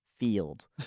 Field